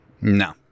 No